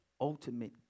ultimate